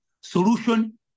solution